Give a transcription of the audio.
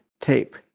tape